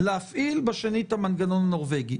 להפעיל בשנית את "המנגנון הנורבגי".